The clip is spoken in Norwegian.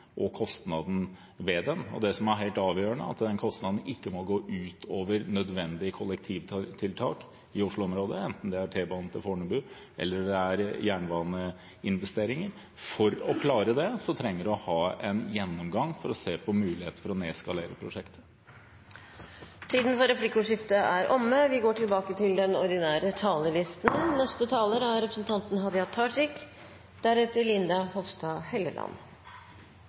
og kostnaden ved den. Det som er helt avgjørende, er at den kostnaden ikke må gå ut over nødvendige kollektivtiltak i Oslo-området, enten det gjelder T-banen til Fornebu eller jernbaneinvesteringer. For å klare det trenger man en gjennomgang for å se på muligheter for å nedskalere prosjektet. Replikkordskiftet er omme. Dei to faktorane som verkar mest kriminalitetsførebyggjande, er å ha ein jobb å gå til